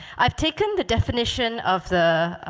i've taken the definition of the